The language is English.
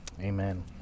Amen